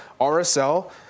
RSL